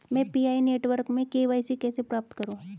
मैं P I network में KYC कैसे प्राप्त करूँ?